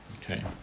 Okay